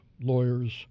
lawyers